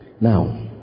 Now